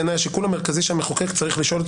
בעיני השיקול המרכזי שהמחוקק צריך לשאול את